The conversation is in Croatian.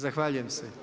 Zahvaljujem se.